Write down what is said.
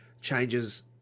changes